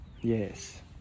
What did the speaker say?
Yes